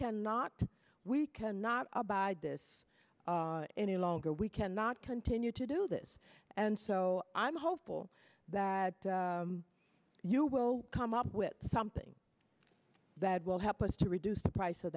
cannot we cannot abide this any longer we cannot continue to do this and so i'm hopeful that you will come up with something that will help us to reduce the price